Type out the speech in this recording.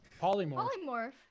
Polymorph